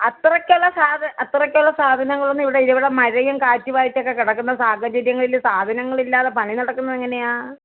അത്രയ്ക്കുള്ള സാധനം അത്രയ്ക്കുള്ള സാധനങ്ങളൊന്നും ഇവിടെ ഇല്ല ഇവിടെ മഴയും കാറ്റുമായിട്ടൊക്കെ കിടക്കുന്ന സാഹചര്യങ്ങളിൽ സാധനങ്ങളില്ലാതെ പണി നടക്കുന്നത് എങ്ങനെയാണ്